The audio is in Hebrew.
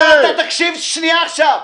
אבל אתה תקשיב שנייה עכשיו.